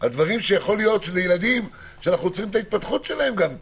על דברים שיכול להיות שאנחנו עוצרים על ידם התפתחות של ילדים.